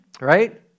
right